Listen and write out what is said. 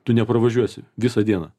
tu nepravažiuosi visą dieną